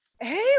hey